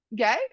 okay